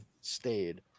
stayed